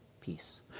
peace